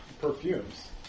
perfumes